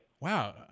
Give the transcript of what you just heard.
Wow